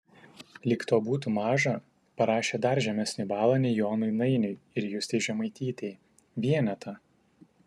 lyg to būtų maža parašė dar žemesnį balą nei jonui nainiui ir justei žemaitytei vienetą